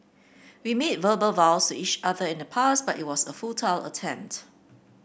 we made verbal vows each other in the past but it was a futile attempt